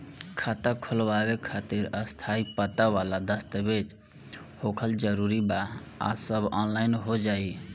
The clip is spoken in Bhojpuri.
खाता खोलवावे खातिर स्थायी पता वाला दस्तावेज़ होखल जरूरी बा आ सब ऑनलाइन हो जाई?